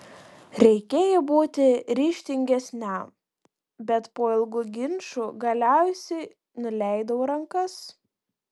reikėjo būti ryžtingesniam bet po ilgų ginčų galiausiai nuleidau rankas